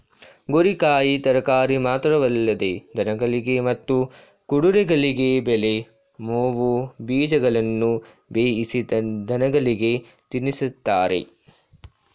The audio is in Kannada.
ಗೋರಿಕಾಯಿ ತರಕಾರಿ ಮಾತ್ರವಲ್ಲದೆ ದನಗಳಿಗೆ ಮತ್ತು ಕುದುರೆಗಳಿಗೆ ಒಳ್ಳೆ ಮೇವು ಬೀಜಗಳನ್ನು ಬೇಯಿಸಿ ದನಗಳಿಗೆ ತಿನ್ನಿಸ್ತಾರೆ